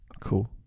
cool